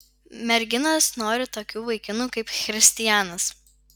merginos nori tokių vaikinų kaip christijanas